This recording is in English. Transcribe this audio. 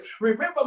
Remember